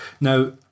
Now